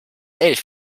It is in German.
elf